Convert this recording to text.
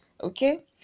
okay